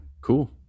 Cool